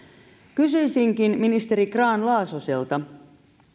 kysyisinkin ministeri grahn laasoselta